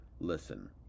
listen